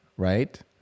right